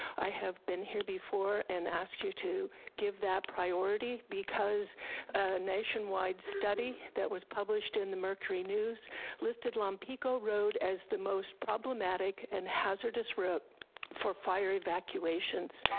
i have been here before, and asked you to give that priority because a nationwide study that was published in the mercury news listed lompico road as the most problematic and hazardous road for fire evacuations.